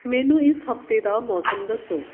ਮੈਨੂੰ ਇਸ ਹਫ਼ਤੇ ਦਾ ਮੌਸਮ ਦੱਸੋ